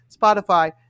Spotify